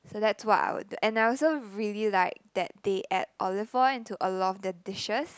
so that's what I would do and I also really like that they add olive oil into a lot of their dishes